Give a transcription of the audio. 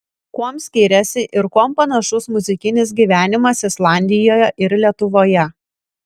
kuom skiriasi ir kuom panašus muzikinis gyvenimas islandijoje ir lietuvoje